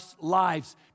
lives